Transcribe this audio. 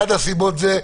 אחת הסיבות היא,